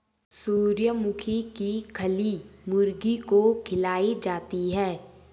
सूर्यमुखी की खली मुर्गी को खिलाई जाती है